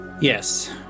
yes